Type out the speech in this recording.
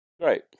Great